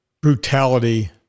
brutality